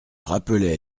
rappelait